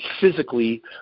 physically